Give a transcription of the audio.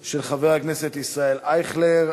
של חברות הכנסת סתיו שפיר ונורית קורן.